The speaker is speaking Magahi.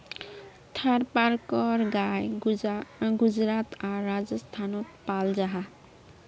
थारपारकर गाय गुजरात आर राजस्थानोत पाल जाहा